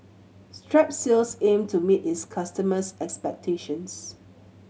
strepsils aim to meet its customers' expectations